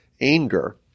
anger